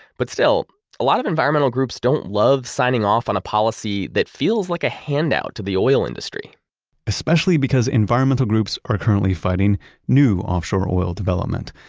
but still a lot of environmental groups don't love signing off on a policy that feels like a handout to the oil industry especially because environmental groups are currently fighting new offshore oil development.